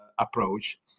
approach